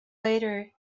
later